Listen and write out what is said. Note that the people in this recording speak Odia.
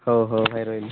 ହଉ ହଉ ଭାଇ ରହିଲି